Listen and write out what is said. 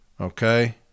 okay